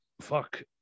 fuck